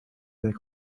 their